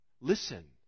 Listen